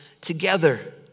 together